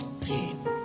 pain